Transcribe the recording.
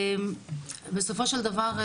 בסופו של דבר,